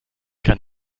kann